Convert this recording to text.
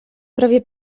prawie